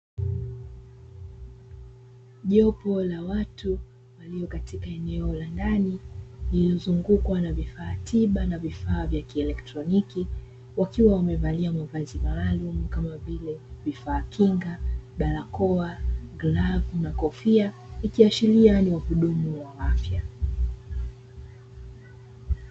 Jopo la watu walio katika eneo la ndani lililozunguwa na vifaa tiba na vifaa vya kielektroniki, wakiwa wamevalia mavazi maalumu kama vile vifaa kinga, barakoa, glavu pamoja na kofia ikiashiria ni wahudumu wa afya.